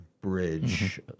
bridge